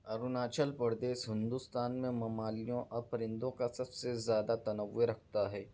اروناچل پردیس ہندوستان میں ممالیوں اور پرندوں کا سب سے زیادہ تنوع رکھتا ہے